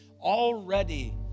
already